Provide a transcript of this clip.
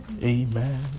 Amen